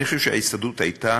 אני חושב שההסתדרות הייתה